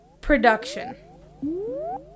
production